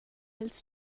ils